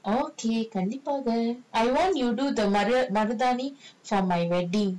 okay கண்டிப்பா:kandippa I want you do the marudhaani for my wedding